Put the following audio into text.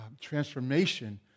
transformation